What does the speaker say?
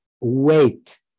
wait